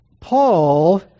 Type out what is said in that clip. Paul